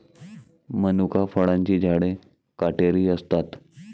मनुका फळांची झाडे काटेरी असतात